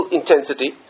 intensity